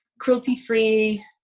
cruelty-free